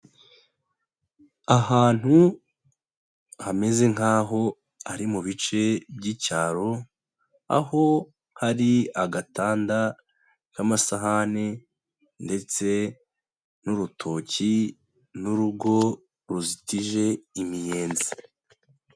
Ahantu hameze nk'aho ari mu bice by'icyaro, aho hari agatanda k'amasahani ndetse n'urutoki n'urugo ruzitije imiyenzi.